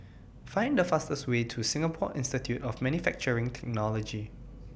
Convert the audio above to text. Find The fastest Way to Singapore Institute of Manufacturing Technology